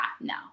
no